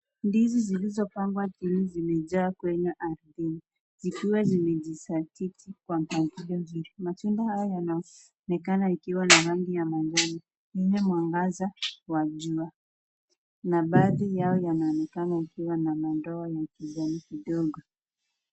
Ndizi zilizopangwa chini zimejaa kwenye ardhini, zikiwa zimejiza titi kwa mpangilio mzuri. Matunda haya yanaonekana yakiwa na rangi ya majani wenye mwangaza wa jua na baadhi yao yanaonekana yakiwa na madoa ya kinjano kidogo.